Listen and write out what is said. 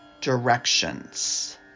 directions